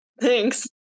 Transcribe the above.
Thanks